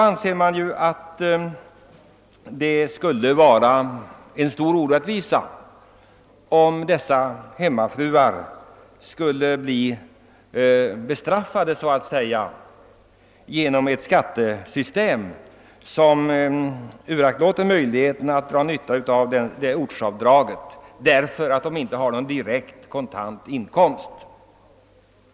Under sådana förhållanden skulle det vara en stor orättvisa, om dessa hemmafruar skulle bli så att säga bestraffade genom ett skattesystem som eliminerar möjligheten att få utnyttja ett ortsavdrag, därför att de inte har någon kontant inkomst.